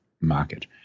market